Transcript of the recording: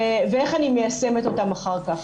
ואיך אני מיישמת אותם אחר כך.